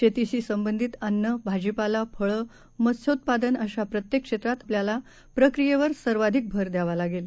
शेतीशी संबधित अन्न भाजीपाला फळं मत्स्योत्पादन अशा प्रत्येक क्षेत्रात आपल्याला प्रक्रियेवर सर्वाधिक भर द्यावा लागेल